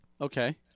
Okay